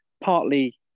partly